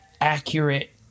accurate